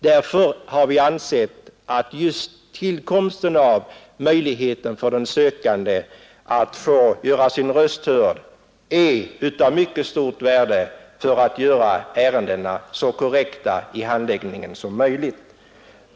Därför har vi ansett att just tillkomsten av möjligheten för den sökande att göra sin röst hörd är av mycket stort värde för att ärendenas handläggning skall bli så korrekt som möjligt.